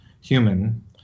human